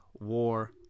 War